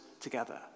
together